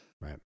right